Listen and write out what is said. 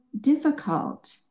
difficult